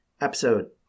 episode